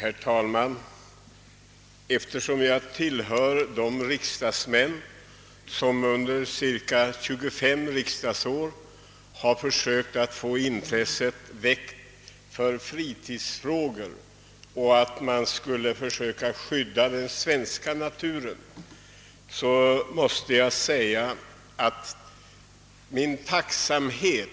Herr talman! Eftersom jag tillhör de riksdagsmän som under cirka 25 riksdagsår försökt att väcka intresset för fritidsfrågor och för att man skall försöka skydda den svenska naturen, måste jag säga att min tacksamhet